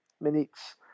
minutes